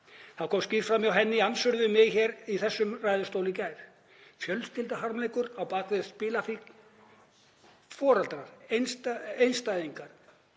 Það kom skýrt fram hjá henni í andsvörum við mig hér í þessum ræðustóli í gær. Fjölskylduharmleikur á bak við spilafíkn, foreldrar, einstæðingar,